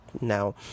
now